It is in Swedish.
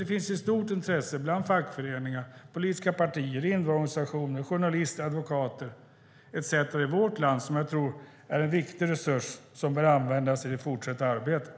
Det finns ett stort intresse bland fackföreningar, politiska partier, invandrarorganisationer, journalister, advokater etcetera i vårt land som jag tror är en viktig resurs att använda i det fortsatta arbetet.